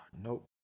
Nope